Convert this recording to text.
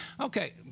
okay